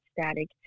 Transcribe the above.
Static